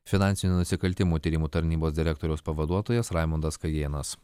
finansinių nusikaltimų tyrimų tarnybos direktoriaus pavaduotojas raimondas kajėnas